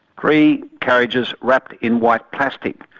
three carriages wrapped in white plastic.